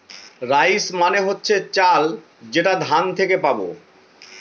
rice মানে হচ্ছে চাল যেটা ধান থেকে পাবো